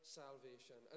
salvation